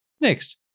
Next